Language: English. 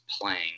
playing